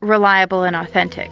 reliable and authentic.